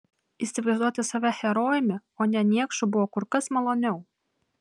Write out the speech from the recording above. įsivaizduoti save herojumi o ne niekšu buvo kur kas maloniau